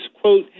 quote